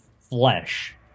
flesh